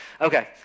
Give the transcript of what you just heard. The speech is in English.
Okay